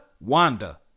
Wanda